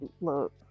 look